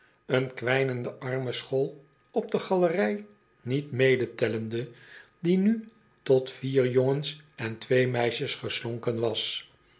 een kwijnende armenschool op de galerij niet medetellende die nu tot op vier jongens en twee meisjes geslonken was